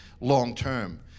long-term